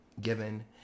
given